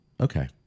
Okay